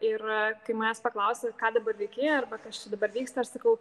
ir kai manęs paklausi ką dabar veiki arba kas čia dabar vyksta aš sakau